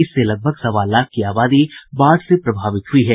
इससे लगभग सवा लाख की आबादी बाढ़ से प्रभावित हुयी है